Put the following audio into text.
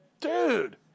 dude